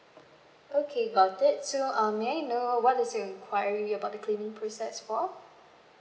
okay got it so um may I know uh what is your um inquiry about the claiming process for